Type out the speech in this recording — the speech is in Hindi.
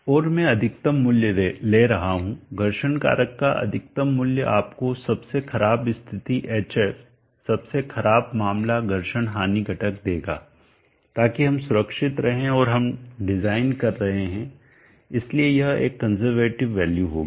और मैं अधिकतम मूल्य ले रहा हूं घर्षण कारक का अधिकतम मूल्य आपको सबसे खराब स्थिति hf सबसे खराब मामला घर्षण हानि घटक देगा ताकि हम सुरक्षित रहें और हम डिजाइन कर रहे हैं इसलिए यह एक कंजरवेटिव वैल्यू होगी